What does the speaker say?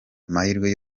amahirwe